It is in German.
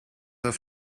auf